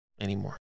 Anymore